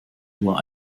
nur